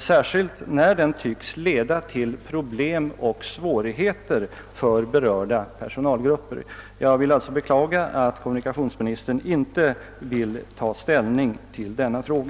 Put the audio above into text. särskilt när den tycks leda till problem och svårigheter för berörda personalgrupper. Jag vill alltså beklaga att kommunikationsministern inte vill ta ställning till denna fråga.